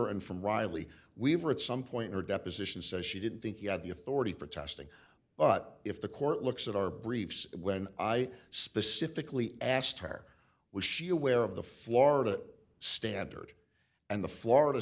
and from riley weaver at some point her deposition says she didn't think you had the authority for testing but if the court looks at our briefs when i specifically asked her was she aware of the florida standard and the florida